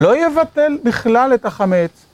לא ייבטל בכלל את החמץ